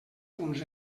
punts